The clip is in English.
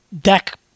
deck